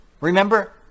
Remember